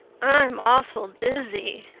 i'm awful dizzy,